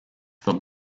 that